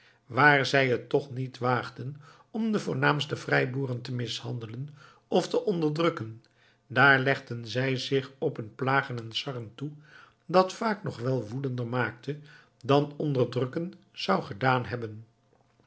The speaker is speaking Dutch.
waar zij het toch niet waagden om de voornaamste vrijboeren te mishandelen of te onderdrukken daar legden zij zich op een plagen en sarren toe dat vaak nog veel woedender maakte dan onderdrukken zou gedaan hebben